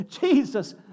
Jesus